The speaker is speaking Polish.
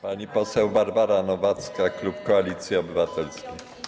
Pani poseł Barbara Nowacka, klub Koalicji Obywatelskiej.